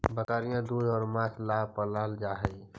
बकरियाँ दूध और माँस ला पलाल जा हई